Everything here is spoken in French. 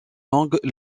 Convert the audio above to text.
longe